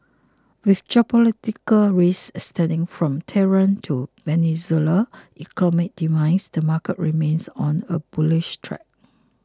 with geopolitical risk extending from Tehran to Venezuela's economic demise the market remains on a bullish track